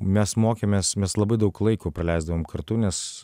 mes mokėmės mes labai daug laiko praleisdavom kartu nes